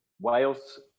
Wales